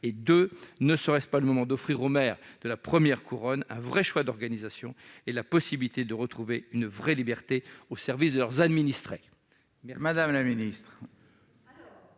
ailleurs, ne serait-il pas temps d'offrir aux maires de la première couronne un véritable choix d'organisation et la possibilité de retrouver une vraie liberté, au service de leurs administrés ? La parole